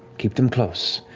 keep them close,